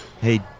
Hey